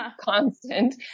constant